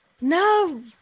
No